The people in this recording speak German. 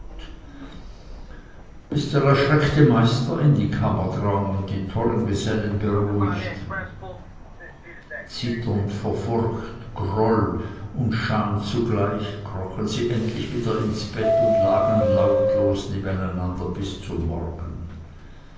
bis der erschreckte meister in die kammer drang und die tollen gesellen beruhigte zitternd vor furcht groll und scham zugleich krochen sie endlich wieder ins bett und lagen lautlos nebeneinander bis zum morgen